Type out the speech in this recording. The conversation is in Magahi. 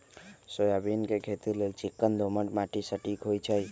सोयाबीन के खेती लेल चिक्कन दोमट माटि सटिक होइ छइ